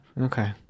Okay